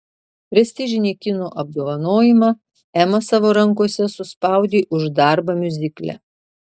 prestižinį kino apdovanojimą ema savo rankose suspaudė už darbą miuzikle